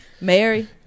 Mary